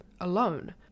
alone